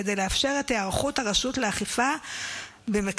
כדי לאפשר את היערכות הרשות לאכיפה במקרקעין,